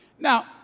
Now